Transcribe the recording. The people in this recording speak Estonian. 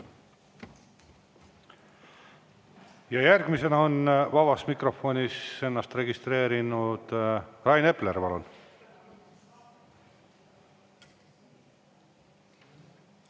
Järgmisena on vabas mikrofonis ennast registreerinud Rain Epler.